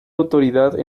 autoridad